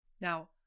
Now